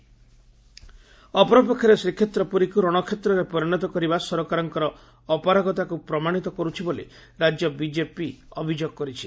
ରାଜ୍ୟ ବିଜେପି ଅଭିଯୋଗ ଅପରପକ୍ଷରେ ଶ୍ରୀ କ୍ଷେତ୍ର ପୁରୀକୁ ରଣକ୍ଷେତ୍ରରେ ପରିଶତ କରିବା ସରକାରଙ୍କ ଅପାରଗତାକୁ ପ୍ରମାଶିତ କରୁଛି ବୋଲି ରାଜ୍ୟ ବିଜେପି ଅଭିଯୋଗ କରିଛି